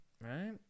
Right